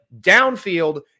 downfield